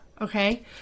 Okay